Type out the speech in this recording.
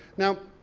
now,